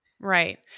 Right